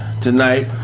tonight